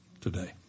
today